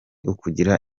ukugira